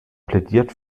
plädiert